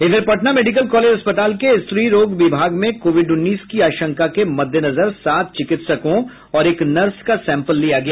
इधर Patna medical college अस्पताल के स्त्री रोग विभाग में कोविड उन्नीस की आशंका के मद्देनजर सात चिकित्सकों और एक नर्स का सैम्पल लिया गया